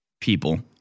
people